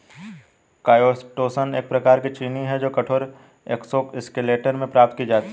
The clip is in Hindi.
काईटोसन एक प्रकार की चीनी है जो कठोर एक्सोस्केलेटन से प्राप्त की जाती है